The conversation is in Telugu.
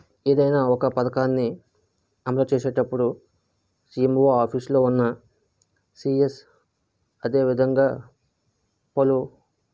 ఏదైనా ఒక పథకాన్ని అమలు చేసేటప్పుడు సీఎంఓ ఆఫీసులో ఉన్న సిఎస్ అదేవిధంగా పలు